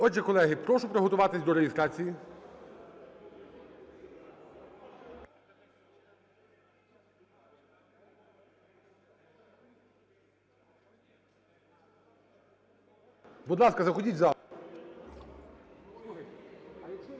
Отже, колеги, прошу приготуватись до реєстрації. Будь ласка, заходіть у зал.